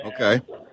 Okay